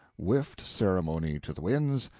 whiffed ceremony to the winds,